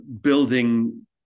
building